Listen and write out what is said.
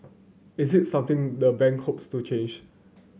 is it something the bank hopes to change